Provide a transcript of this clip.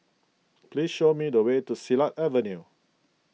please show me the way to Silat Avenue